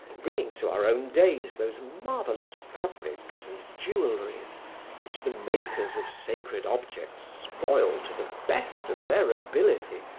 bringing to our own days those marvelous fabrics and jewelries which the makers of sacred objects spoil to the best of their ability,